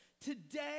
today